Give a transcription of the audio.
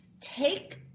take